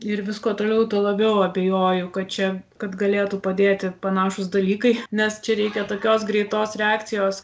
ir vis kuo toliau tuo labiau abejoju kad čia kad galėtų padėti panašūs dalykai nes čia reikia tokios greitos reakcijos